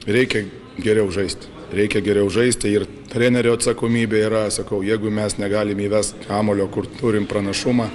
reikia geriau žaist reikia geriau žaist ir trenerio atsakomybė yra sakau jeigu mes negalim įvest kamuolio kur turim pranašumą